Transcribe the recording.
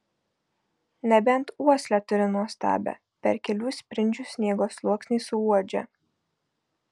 nebent uoslę turi nuostabią per kelių sprindžių sniego sluoksnį suuodžia